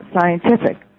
Scientific